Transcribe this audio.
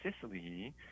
Sicily